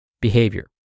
behavior